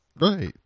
Right